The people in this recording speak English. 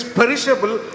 perishable